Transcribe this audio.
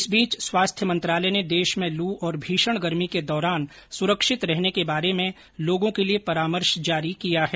इस बीच स्वास्थ्य मंत्रालय ने देश में लू और भीषण गर्मी के दौरान सुरक्षित रहने के बारे में लोगों के लिए परामर्श जारी किया है